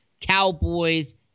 Cowboys